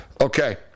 Okay